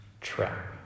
trap